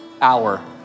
hour